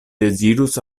dezirus